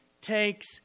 takes